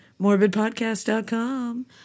Morbidpodcast.com